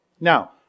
Now